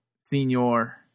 Senor